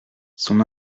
son